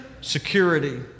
security